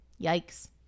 Yikes